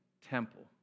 temple